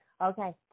Okay